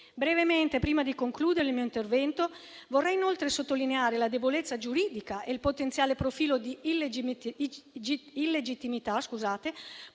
Brevemente, prima di concludere il mio intervento, vorrei inoltre sottolineare la debolezza giuridica e il potenziale profilo di illegittimità